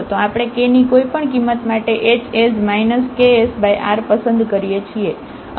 તો આપણે k ની કોઈપણ કિંમત માટે h as ksr પસંદ કરીએ છીએ